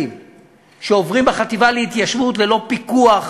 שעוברים בחטיבה להתיישבות ללא פיקוח,